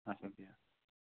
اچھا بِہِو